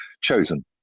chosen